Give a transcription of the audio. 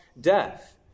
death